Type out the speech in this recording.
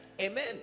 Amen